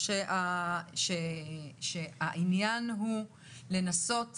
העניין הוא לנסות